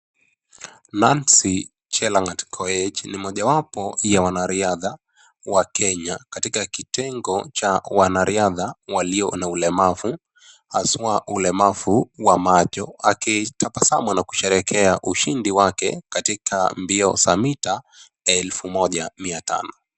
Nancy Chelangat Koech ni mojawapo ya wanariadha, wa Kenya katika kitengo cha wanariadha walio na ulemavu, haswa ulemavu wa macho akitabasamu na kusharekea ushindi wake katika mbio za mita elfu moja mia tano.